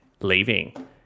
leaving